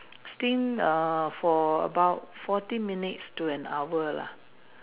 steam err for about fourteen minutes to an hour lah